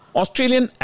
Australian